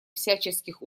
всяческих